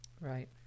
Right